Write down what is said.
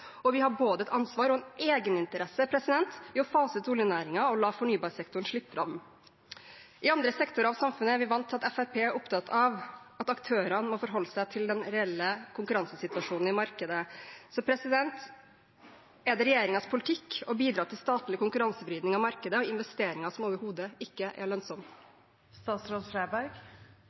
og at vi har både et ansvar og en egeninteresse i å fase ut oljenæringen og la fornybarsektoren slippe fram. I andre sektorer av samfunnet er vi vant til at Fremskrittspartiet er opptatt av at aktørene må forholde seg til den reelle konkurransesituasjonen i markedet. Er det regjeringens politikk å bidra til statlig konkurransevridning av markedet og investeringer som overhodet ikke er